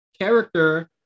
character